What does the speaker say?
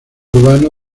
urbano